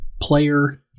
player